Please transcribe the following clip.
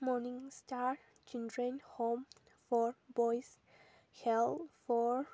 morning Easter children home for boys health four